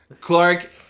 Clark